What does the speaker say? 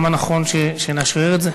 למה נכון שנאשרר את זה.